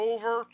Over